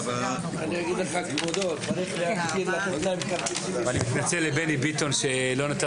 הישיבה ננעלה בשעה 11:00.